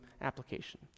application